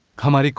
come on.